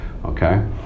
Okay